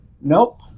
Nope